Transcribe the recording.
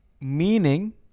Meaning